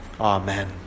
Amen